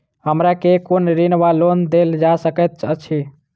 हमरा केँ कुन ऋण वा लोन देल जा सकैत अछि?